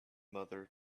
mother